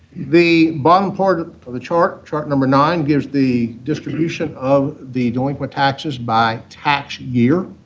the bottom part of the chart, chart number nine, gives the distribution of the delinquent taxes by tax year,